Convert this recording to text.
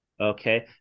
Okay